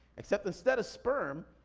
except instead of sperm,